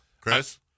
Chris